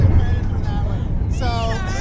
credit for that one! so